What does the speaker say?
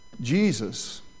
Jesus